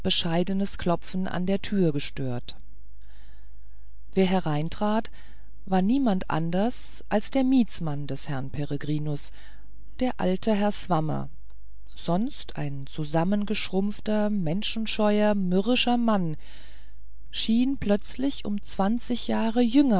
bescheidenes klopfen an der türe gestört wer hereintrat war niemand anders als der mietsmann des herrn peregrinus der alte herr swammer sonst ein zusammengeschrumpfter menschenscheuer mürrischer mann schien plötzlich um zwanzig jahre jünger